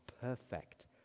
perfect